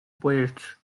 poets